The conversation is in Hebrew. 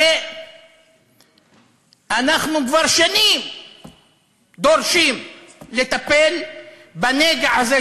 הרי אנחנו כבר שנים דורשים לטפל בנגע הזה,